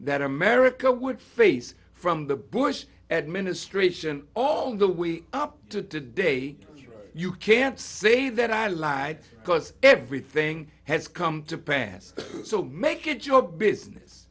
that america would face from the bush administration all the way up to today you can't say that i lied because everything has come to pass so make it your business